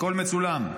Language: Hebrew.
הכול מצולם,